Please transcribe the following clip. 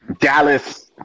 Dallas